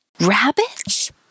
rabbits